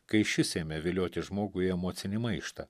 kai šis ėmė vilioti žmogų į emocinį maištą